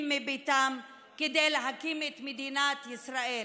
מביתם כדי להקים את מדינת ישראל.